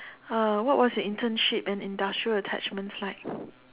uh what was your internship and industrial attachments like